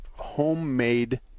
homemade